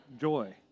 joy